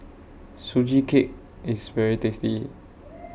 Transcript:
Sugee Cake IS very tasty